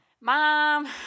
Mom